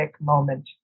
moment